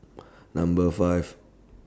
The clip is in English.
Number five